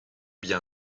bien